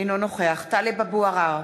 אינו נוכח טלב אבו עראר,